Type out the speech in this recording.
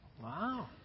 Wow